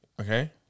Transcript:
Okay